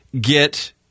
get –